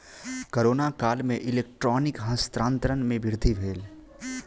corona काल में electronic हस्तांतरण में वृद्धि भेल